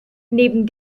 neben